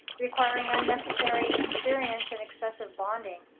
requiring unnecessary experience and excessive bonding.